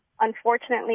unfortunately